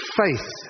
faith